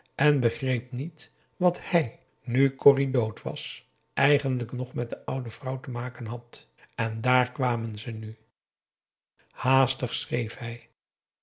en begreep niet wat hij nu corrie dood was eigenlijk nog met de oude vrouw te maken had en daar kwamen ze nu haastig schreef hij